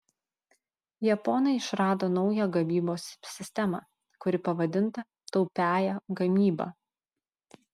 japonai išrado naują gamybos sistemą kuri pavadinta taupiąja gamyba